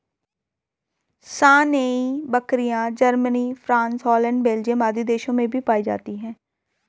सानेंइ बकरियाँ, Germany, France, Holland, Belgium आदि देशों में भी पायी जाती है